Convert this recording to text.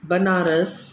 Banaras